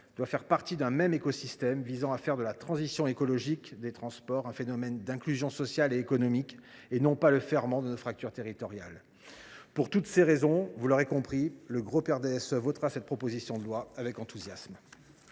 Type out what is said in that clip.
fait partie d’un écosystème visant à faire de la transition écologique des transports un phénomène d’inclusion sociale et économique, et non le ferment de nos fractures territoriales. Pour toutes ces raisons, vous l’aurez compris, le groupe RDSE votera cette proposition de loi avec enthousiasme.